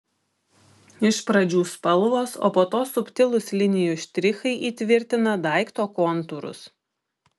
iš pradžių spalvos o po to subtilūs linijų štrichai įtvirtina daikto kontūrus